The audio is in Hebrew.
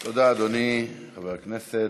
תודה, אדוני, חבר הכנסת.